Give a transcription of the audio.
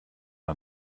her